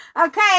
Okay